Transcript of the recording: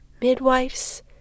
midwives